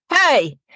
Hey